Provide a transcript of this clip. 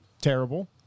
terrible